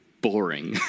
boring